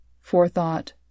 forethought